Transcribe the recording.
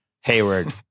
Hayward